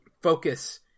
focus